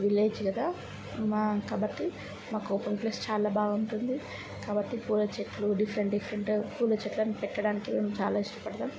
village కదా మా కాబట్టి మాకు ఓపెన్ ప్లేస్ చాలా బాగా ఉంటుంది కాబట్టి పూల చెట్లు డిఫరెంట్ డిఫరెంట్ పూల చెట్లను పెట్టడానికి చాలా ఇష్టపడతాం